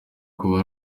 kuba